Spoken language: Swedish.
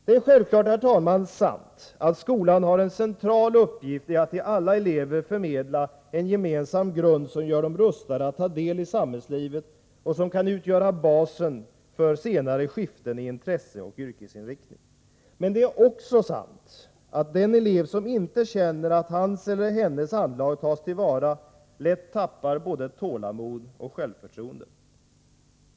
Det är självklart sant att skolan har en central uppgift i att till alla elever förmedla en gemensam grund som gör dei rustade att ta del i samhällslivet och som kan utgöra basen för senare skiften i intresseoch yrkesinriktning. Men det är också sant att den elev som inte känner att hans eller hennes anlag tas till vara lätt tappar både tålamod och självförtroende.